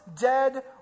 dead